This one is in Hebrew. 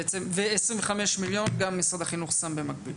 בעצם ב-25 מיליון גם משרד החינוך שם במקביל.